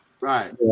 Right